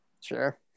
Sure